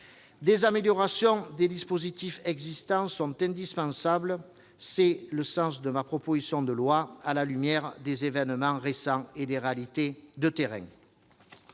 Des améliorations des dispositifs existants sont indispensables. C'est le sens de ma proposition de loi, à la lumière des événements récents et des réalités de terrain.